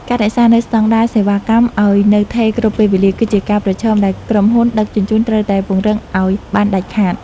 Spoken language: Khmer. ការរក្សានូវស្ដង់ដារសេវាកម្មឱ្យនៅថេរគ្រប់ពេលវេលា គឺជាការប្រឈមដែលក្រុមហ៊ុនដឹកជញ្ជូនត្រូវតែពង្រឹងឱ្យបានដាច់ខាត។